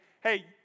hey